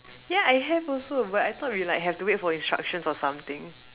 ya I have also but I thought we like have to wait for instructions or something